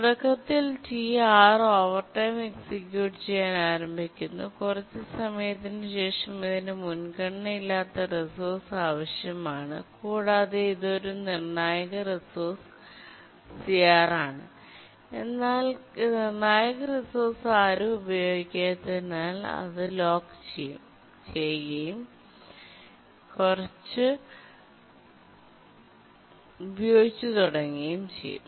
തുടക്കത്തിൽ T 6 overtime execute ചെയ്യാൻ ആരംഭിക്കുന്നു കുറച്ച് സമയത്തിന് ശേഷം ഇതിന് മുൻഗണന ഇല്ലാത്ത റിസോഴ്സ് ആവശ്യമാണ്കൂടാതെ ഇത് ഒരു നിർണായക റിസോഴ്സ് CR ആണ്എന്നാൽ നിർണായക റിസോഴ്സ് ആരും ഉപയോഗിക്കാത്തതിനാൽ അത് ലോക്ക് ചെയ്യും ചെയ്യുകയും ഉപയോഗിച്ചു തുടങ്ങുകയും ചെയ്യാം